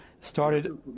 started